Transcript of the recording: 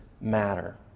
matter